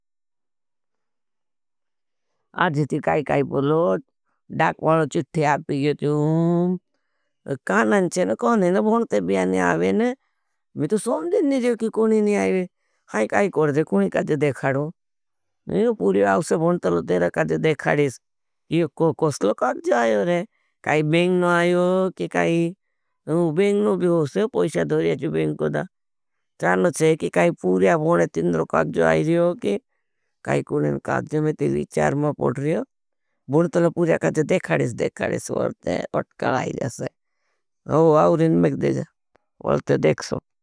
आज ही ती काई काई पलो, डाकवानो चिठ्ठे आपी गये जूम। कानान है न कानान है न, भोनते बियाने आवे न। मैं तो समझेन नहीं जाया कि कुणी नहीं आये। हाई काई करदे, कुणी काजे देखाड़ो। पूर्या आवे से भोनते लो तेरे काजे देखाड़ीस। कसला काज़ो आये रहे, काई बेंग ना आये कि काई, बेंग नो भी होसे, पैशे धोरेयाची बेंग कोड़ा। चानन है कि काई पूर्या भोने तीन्दर काज़ो आये रहे हो कि, काई कुनें काज़ो में तेरी चार मा पोड़ रहे हो, भोनतला पूर्या काज़ो देखाड़ीस देखाड़ीस वरते हैं, उठका आये जासे हो वा उरिन में देजा, वरते देखसो।